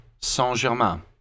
Saint-Germain